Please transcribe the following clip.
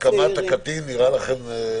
הסכמת הקטין נראה לכם?